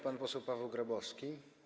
Pan poseł Paweł Grabowski.